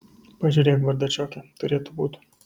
pažiūrėk bardačioke turėtų būt